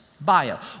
bio